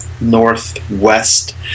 northwest